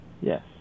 Yes